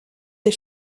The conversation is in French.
des